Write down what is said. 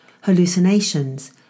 Hallucinations